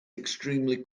extremely